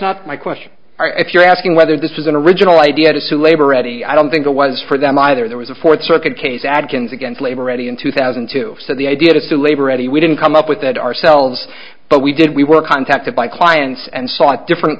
not my question if you're asking whether this is an original idea to labor ready i don't think it was for them either there was a fourth circuit case adkins against labor ready in two thousand and two said the idea that the labor ready we didn't come up with that ourselves but we did we were contacted by clients and sought different